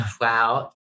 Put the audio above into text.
wow